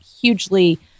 hugely